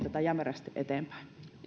tätä jämerästi eteenpäin